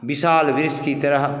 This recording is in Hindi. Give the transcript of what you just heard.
विशाल देश की तरह